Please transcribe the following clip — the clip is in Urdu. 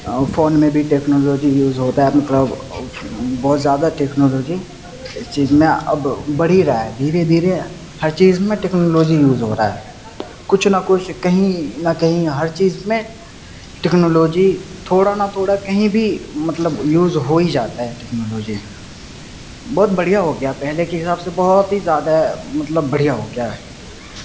فون میں بھی ٹیکنالوجی یوز ہوتا ہے مطلب بہت زیادہ ٹیکنالوجی اس چیز میں اب بڑھ ہی رہا ہے دھیرے دھیرے ہر چیز میں ٹیکنالوجی یوز ہو رہا ہے کچھ نہ کچھ کہیں نہ کہیں ہر چیز میں ٹیکنالوجی تھوڑا نہ تھوڑا کہیں بھی مطلب یوز ہو ہی جاتا ہے ٹیکنالوجی بہت بڑھیا ہو گیا ہے پہلے کے حساب سے بہت ہی زیادہ مطلب بڑھیا ہو گیا ہے